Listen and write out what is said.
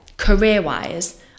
Career-wise